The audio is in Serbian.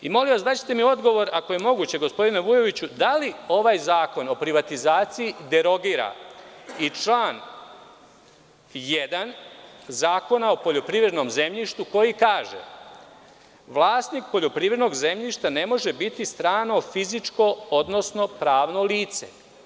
Daćete mi odgovor, ako je moguće, gospodine Vujoviću, da li ovaj zakon o privatizaciji derogira član 1. Zakona o poljoprivrednom zemljištu, koji kaže – vlasnik poljoprivrednog zemljišta ne može biti strano fizičko, odnosno pravno lice.